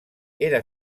era